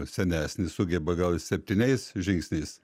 senesnis sugeba gal ir septyniais žingsniais